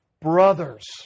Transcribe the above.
brothers